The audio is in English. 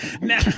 Now